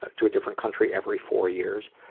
to a different country every four years.